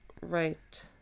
Right